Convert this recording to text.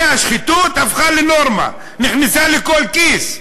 השחיתות הפכה לנורמה, נכנסה לכל כיס.